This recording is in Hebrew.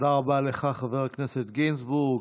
תודה רבה לך, חבר הכנסת גינזבורג.